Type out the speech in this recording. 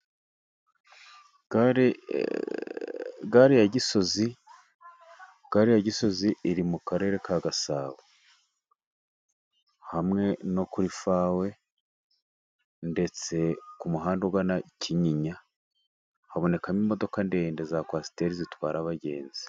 Gare ya gisozi gare ya gisozi, iri mu karere ka gasabo hamwe kuri fawe ndetse mu muhanda ugana i kinyinya, habonekamo imodoka ndende za kwasiteri zitwara abagenzi.